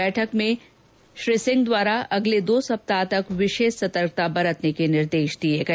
बैठक में श्री सिंह द्वारा अगले दो सप्ताह तक विशेष सतर्कता बरतने के निर्देश दिए गए